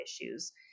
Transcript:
issues